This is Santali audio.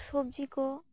ᱥᱚᱵᱡᱤ ᱠᱚ